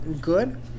good